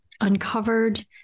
uncovered